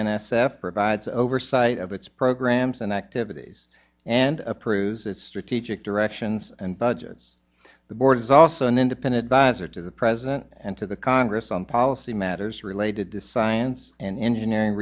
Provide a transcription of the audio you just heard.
f provides oversight of its programs and activities and approves its strategic directions and budgets the board is also an independent bother to the president and to the congress on policy matters related to science and engineering